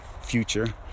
future